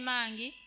Mangi